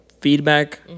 feedback